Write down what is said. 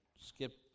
skip